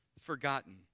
forgotten